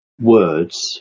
words